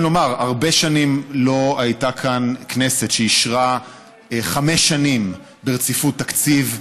לומר: הרבה שנים לא הייתה כאן כנסת שאישרה חמש שנים ברציפות תקציב.